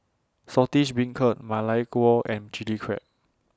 Saltish Beancurd Ma Lai Gao and Chilli Crab